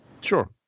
sure